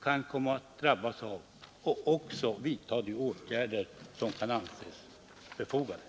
kan komma att drabbas av och också vidta de åtgärder, som kan anses befogade.